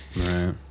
Right